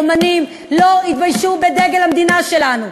אמנים לא יתביישו בדגל המדינה שלנו.